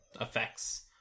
effects